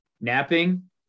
napping